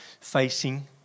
facing